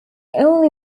only